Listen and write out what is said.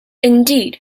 indeed